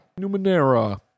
Numenera